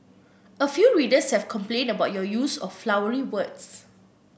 a few readers have complained about your use of flowery words